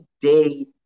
day